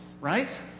Right